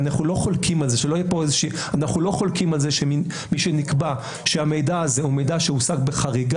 ואנחנו לא חולקים על זה משנקבע שהמידע הזה הוא מידע שהושג בחריגה,